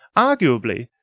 arguably,